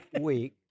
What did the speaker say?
week